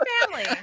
family